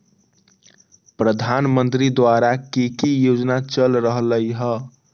प्रधानमंत्री द्वारा की की योजना चल रहलई ह?